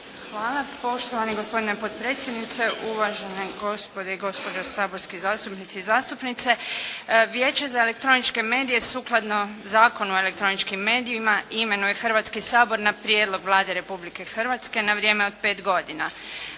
Hvala. Poštovani gospodine potpredsjedniče, uvažene gospođe i gospodo saborski zastupnici i zastupnice. Vijeće za elektroničke medije sukladno Zakonu o elektroničkim medijima imenuje Hrvatski sabor na prijedlog Vlade Republike Hrvatske na vrijeme od pet godina.